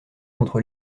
contre